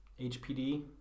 HPD